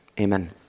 amen